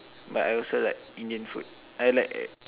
but I also like Indian food I like